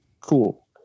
Cool